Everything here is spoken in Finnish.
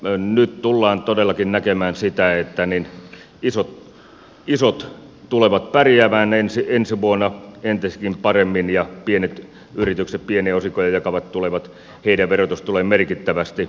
nyt tullaan todellakin näkemään sitä että isot tulevat pärjäämään ensi vuonna entistäkin paremmin ja pienten yritysten pieniä osinkoja jakavien verotus tulee merkittävästi kiristymään